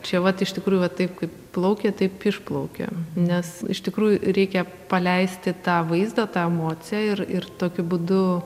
čia vat iš tikrųjų va taip kaip plaukė taip išplaukė nes iš tikrųjų reikia paleisti tą vaizdą tą emociją ir ir tokiu būdu